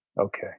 Okay